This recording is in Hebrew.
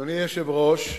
אדוני היושב-ראש,